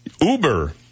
Uber